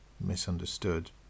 misunderstood